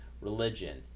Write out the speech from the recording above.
religion